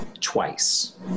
twice